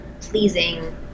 pleasing